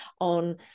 on